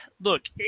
Look